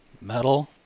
metal